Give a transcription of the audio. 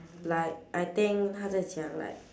like I think 他在讲 like